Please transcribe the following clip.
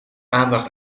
aandacht